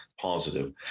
positive